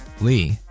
Lee